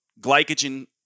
glycogen